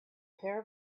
pair